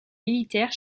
militaires